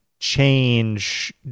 change